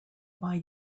why